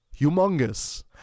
Humongous